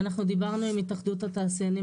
אנחנו דיברנו עם התאחדות התעשיינים